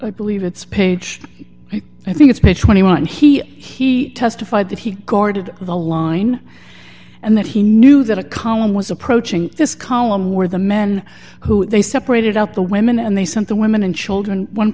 i believe it's page i think it's page twenty one he he testified that he guarded the line and that he knew that a column was approaching this column were the men who they separated out the women and they sent the women and children one